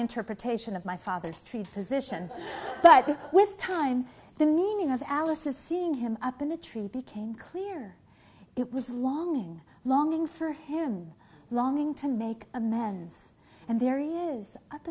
interpretation of my father's treat position but with time the meaning of alice is seeing him up in the tree became clear it was longing longing for him longing to make amends and there it is up